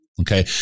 Okay